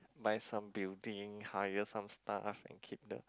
buy some building hire some staff and keep the